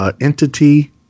entity